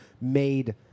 made